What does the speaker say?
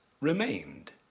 remained